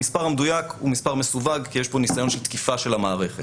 המספר המדויק הוא מספר מסווג כי יש פה ניסיון של תקיפה של המערכת.